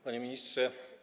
Panie Ministrze!